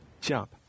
Jump